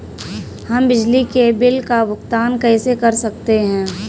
हम बिजली के बिल का भुगतान कैसे कर सकते हैं?